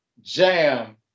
jam